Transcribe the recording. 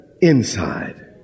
inside